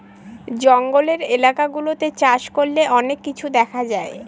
জঙ্গলের এলাকা গুলাতে চাষ করলে অনেক কিছু দেখা যায়